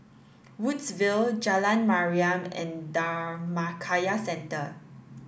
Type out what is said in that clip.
Woodsville Jalan Mariam and Dhammakaya Centre